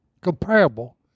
comparable